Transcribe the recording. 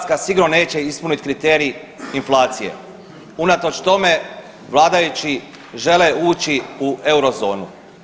sigurno neće ispunit kriterij inflacije, unatoč tome vladajući žele ući u eurozonu.